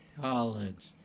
college